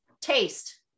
taste